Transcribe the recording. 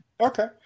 Okay